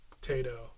potato